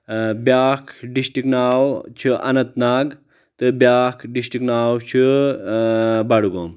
اں بیاکھ ڈسٹک ناو چھُ انتھ ناگ تہٕ بیاکھ ڈسٹک ناو چھُ بڈگوم